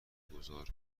گذار